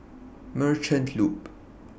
Merchant Loop